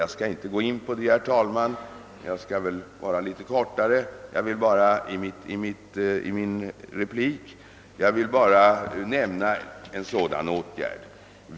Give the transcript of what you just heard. Jag skall inte gå in på detta, herr talman, utan skall försöka vara litet kortare i min replik; jag vill bara nämna en sådan åtgärd.